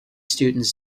students